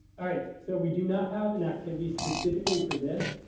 all right, so we do not have an activity specifically for this,